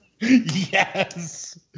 yes